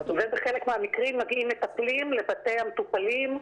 בחלק מהמקרים מגיעים מטפלים לבתי המטופלים,